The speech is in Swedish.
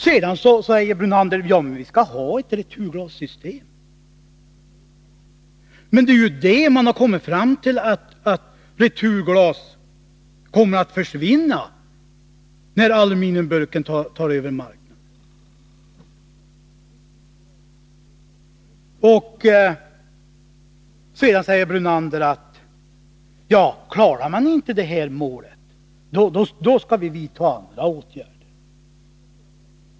Vidare säger herr Brunander: Vi skall ha ett returglassystem. Men man har ju kommit fram till att returglaset kommer att försvinna när aluminiumburken tar över marknaden. Så säger herr Brunander att klarar man inte målen, då skall vi vidta andra åtgärder.